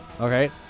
okay